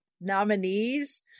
nominees